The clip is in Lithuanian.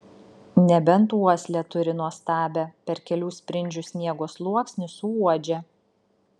nebent uoslę turi nuostabią per kelių sprindžių sniego sluoksnį suuodžia